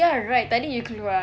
ya right tadi you keluar